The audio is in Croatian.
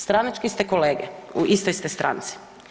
Stranački ste kolege, u istoj ste stranci.